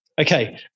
Okay